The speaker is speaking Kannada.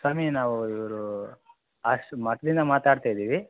ಸ್ವಾಮಿ ನಾವು ಇವ್ರು ಮಠದಿಂದ ಮಾತಾಡ್ತ ಇದ್ದೀವಿ